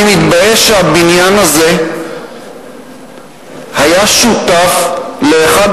אני מתבייש שהבניין הזה היה שותף לאחד